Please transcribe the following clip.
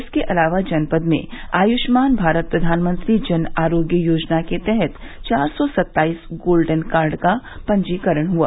इसके अलावा जनपद में आयुष्मान भारत प्रधानमंत्री जन आरोग्य योजना के तहत चार सौ सत्ताईस गोल्डन कार्ड का पंजीकरण हुआ